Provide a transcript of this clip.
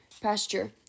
pasture